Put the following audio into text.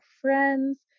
friends